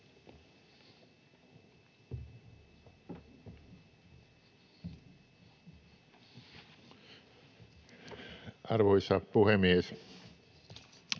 Arvoisa puhemies!